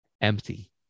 empty